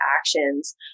actions